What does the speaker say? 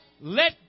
Let